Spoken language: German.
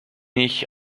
ich